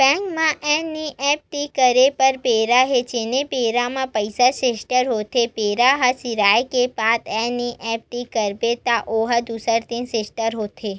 bank म NEFT करे बर बेरा हे जेने बेरा म पइसा सेटल होथे बेरा ह सिराए के बाद एन.ई.एफ.टी करबे त ओ ह दूसर दिन सेटल होथे